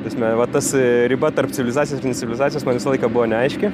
ta prasme vat tas riba tarp civilizacijos ir incevizacijos man visą laiką buvo neaiški